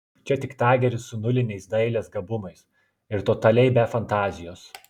čia tik tageris su nuliniais dailės gabumais ir totaliai be fantazijos